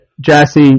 Jassy